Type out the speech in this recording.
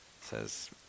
says